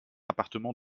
appartement